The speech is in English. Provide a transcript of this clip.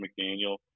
McDaniel